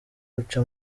uca